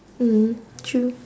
mm true